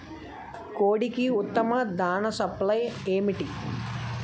కోడికి ఉత్తమ దాణ సప్లై ఏమిటి?